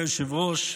אדוני היושב-ראש,